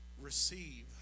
receive